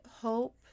hope